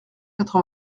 quatre